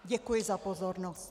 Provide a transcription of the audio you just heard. Děkuji za pozornost.